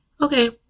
Okay